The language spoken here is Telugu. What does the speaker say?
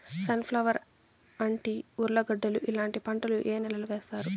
సన్ ఫ్లవర్, అంటి, ఉర్లగడ్డలు ఇలాంటి పంటలు ఏ నెలలో వేస్తారు?